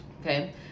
okay